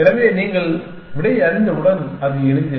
எனவே நீங்கள் விடை அறிந்தவுடன் அது எளிது